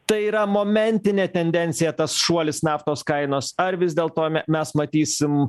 tai yra momentinė tendencija tas šuolis naftos kainos ar vis dėlto me mes matysim